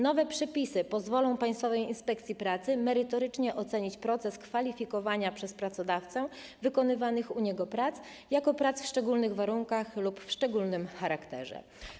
Nowe przepisy pozwolą Państwowej Inspekcji Pracy merytorycznie ocenić proces kwalifikowania przez pracodawcę wykonywanych u niego prac jako prac w szczególnych warunkach lub o szczególnym charakterze.